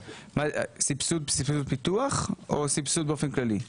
סבסוד ופיתוח, או סבסוד באופן כללי?